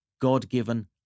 God-given